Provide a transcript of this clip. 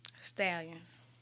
Stallions